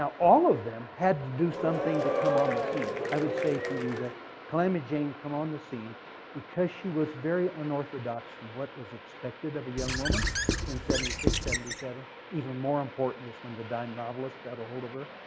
um all of them had to something to come on the scene. i would say to you that calamity jane come on the scene because she was very unorthodox from what was expected of a young woman in seventy six, seventy seven. even more important is when the dime novelist got hold of her,